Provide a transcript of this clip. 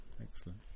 Excellent